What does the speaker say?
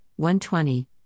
120